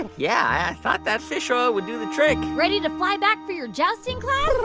yeah. i thought that fish oil would do the trick ready to fly back for your jousting class?